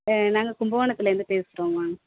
நாங்கள் கும்பகோணத்திலேருந்து பேசுகிறோம் மேம்